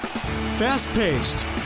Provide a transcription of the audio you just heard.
Fast-paced